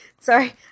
sorry